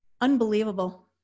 unbelievable